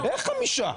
איך חמישה?